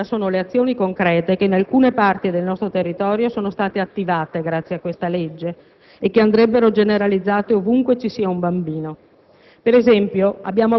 Ma quello che più conta sono le azioni concrete che in alcune parti del nostro territorio sono state attivate grazie a questa legge e che andrebbero generalizzate ovunque ci sia un bambino.